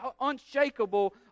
unshakable